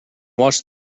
watch